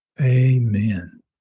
Amen